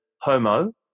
homo